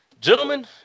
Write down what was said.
Gentlemen